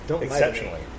Exceptionally